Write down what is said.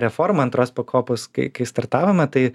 reforma antros pakopos kai kai startavome tai